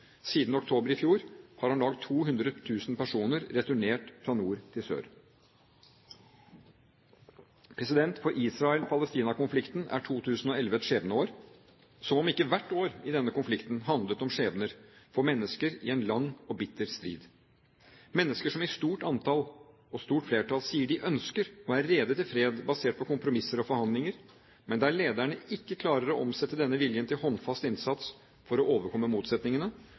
Siden oktober i fjor har om lag 200 000 personer returnert fra nord til sør. For Israel–Palestina-konflikten er 2011 et skjebneår – som om ikke hvert år i denne konflikten handler om skjebner for mennesker i en lang og bitter strid – mennesker som i stort antall og stort flertall sier de ønsker og er rede for fred basert på kompromisser og forhandlinger, men der lederne ikke klarer å omsette denne viljen til håndfast innsats for å overkomme motsetningene